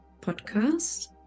podcast